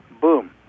boom